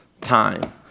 time